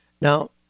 Now